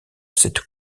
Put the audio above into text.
cette